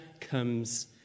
comes